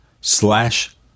slash